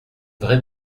vraie